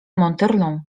montherlant